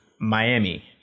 Miami